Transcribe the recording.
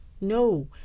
no